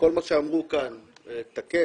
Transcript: כל מה שאמרו כאן תקף,